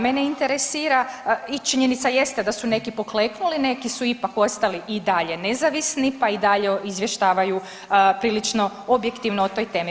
Mene interesira i činjenica jeste da su neki pokleknuli, neki su ipak ostali i dalje nezavisni pa i dalje izvještavaju prilično objektivno o toj temi.